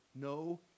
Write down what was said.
No